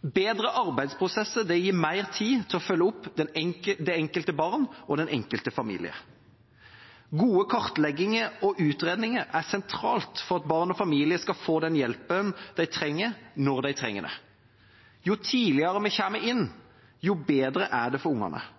Bedre arbeidsprosesser gir mer tid til å følge opp det enkelte barn og den enkelte familie. Gode kartlegginger og utredninger er sentralt for at barn og familier skal få den hjelpen de trenger, når de trenger det. Jo tidligere vi kommer inn, jo bedre er det for ungene.